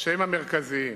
שהם המרכזיים.